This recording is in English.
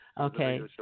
Okay